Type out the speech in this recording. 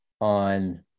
on